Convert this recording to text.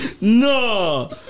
No